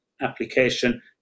application